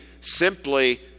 simply